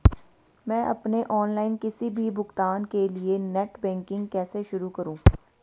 मैं अपने ऑनलाइन किसी भी भुगतान के लिए नेट बैंकिंग कैसे शुरु करूँ?